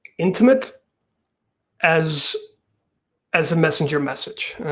intimate as as a messenger message.